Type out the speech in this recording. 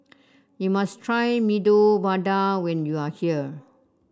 you must try Medu Vada when you are here